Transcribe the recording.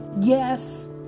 Yes